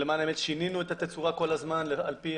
ולמען האמת שינינו את התצורה כל הזמן על פי